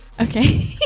okay